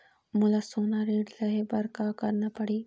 मोला सोना ऋण लहे बर का करना पड़ही?